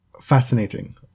fascinating